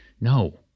No